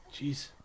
Jeez